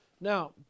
Now